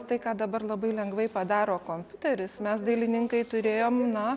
tai ką dabar labai lengvai padaro kompiuteris mes dailininkai turėjom na